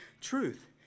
truth